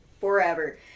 forever